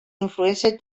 influències